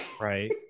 right